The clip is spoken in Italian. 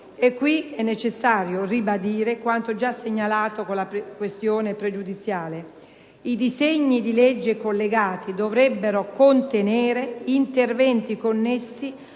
È qui necessario ribadire quanto già segnalato con la questione pregiudiziale: i disegni di legge collegati dovrebbero contenere interventi connessi